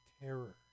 Terror